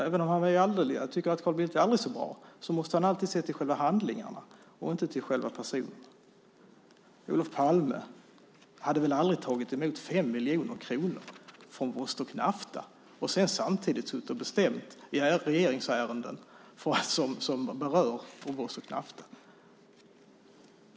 Även om han tycker att Carl Bildt är alldeles för bra måste han alltid se till själva handlingarna och inte till själva personen. Olof Palme hade väl aldrig tagit emot 5 miljoner kronor från Vostok Nafta och samtidigt suttit och bestämt i regeringsärenden som berörde Vostok Nafta.